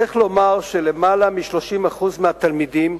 צריך לומר שלמעלה מ-30% מהתלמידים,